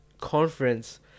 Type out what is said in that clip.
conference